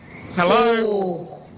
Hello